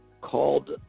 called